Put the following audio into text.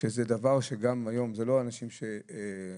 זה לא רק אנשים שנרצחו,